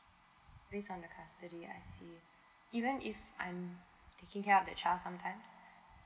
based on the custody I see even if I'm taking care of the child sometime